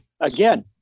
again